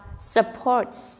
supports